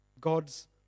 God's